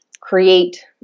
create